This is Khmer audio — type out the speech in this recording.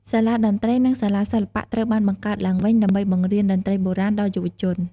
សាលាតន្ត្រី និងសាលាសិល្បៈត្រូវបានបង្កើតឡើងវិញ ដើម្បីបង្រៀនតន្ត្រីបុរាណដល់យុវជន។